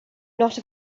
not